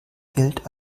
gilt